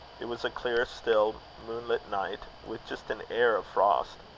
it was a clear, still, moonlit night, with just an air of frost.